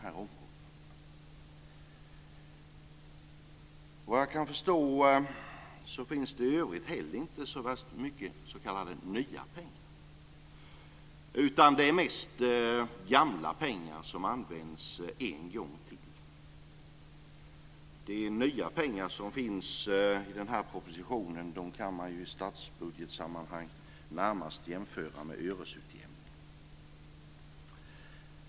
Såvitt jag kan förstå finns det inte heller så mycket s.k. nya pengar, utan det är mest gamla pengar, som används en gång till. De nya pengar som finns i den här propositionen kan i statsbudgetsammanhang närmast jämföras med öresutjämning.